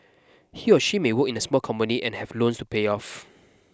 he or she may work in a small company and have loans pay off